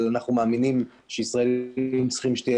אבל אנחנו מאמינים שלישראלים צריכה להיות